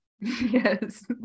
yes